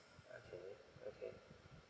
okay okay